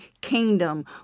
kingdom